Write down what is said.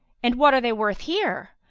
and what are they worth here?